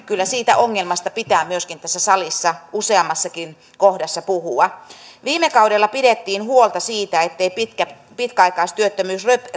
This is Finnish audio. siitä ongelmasta pitää myöskin tässä salissa useammassakin kohdassa puhua viime kaudella pidettiin huolta siitä ettei pitkäaikaistyöttömyys